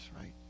right